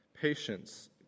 patience